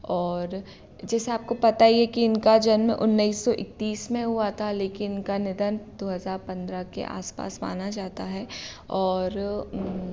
और जैसे आपको पता ही है इनका जन्म उन्नईस सौ इकत्तीस में हुआ था लेकिन इनका निधन दो हज़ार पंद्रह के आसपास माना जाता है और